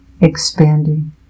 expanding